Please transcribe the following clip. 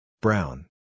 Brown